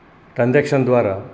transaction द्वारा